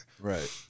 Right